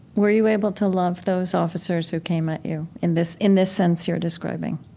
were you able to love those officers who came at you in this in this sense you're describing?